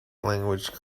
language